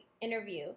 interview